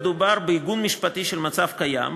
מדובר בעיגון משפטי של מצב קיים,